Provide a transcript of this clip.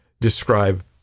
describe